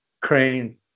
Crane